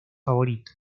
favorito